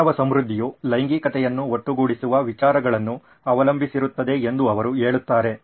ಮಾನವ ಸಮೃದ್ಧಿಯು ಲೈಂಗಿಕತೆಯನ್ನು ಒಟ್ಟುಗೂಡಿಸುವ ವಿಚಾರಗಳನ್ನು ಅವಲಂಬಿಸಿರುತ್ತದೆ ಎಂದು ಅವರು ಹೇಳುತ್ತಾರೆ